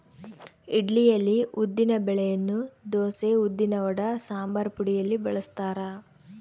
ಇಡ್ಲಿಯಲ್ಲಿ ಉದ್ದಿನ ಬೆಳೆಯನ್ನು ದೋಸೆ, ಉದ್ದಿನವಡ, ಸಂಬಾರಪುಡಿಯಲ್ಲಿ ಬಳಸ್ತಾರ